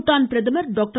பூடான் பிரதமர் டாக்டர்